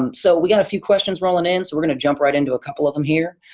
um so we got a few questions rolling in so we're gonna jump right into a couple of them here.